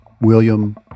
William